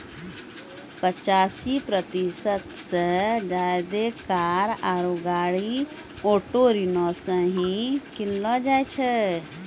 पचासी प्रतिशत से ज्यादे कार आरु गाड़ी ऑटो ऋणो से ही किनलो जाय छै